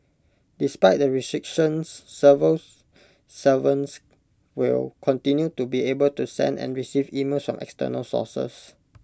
despite the restrictions civil servants will continue to be able to send and receive emails from external sources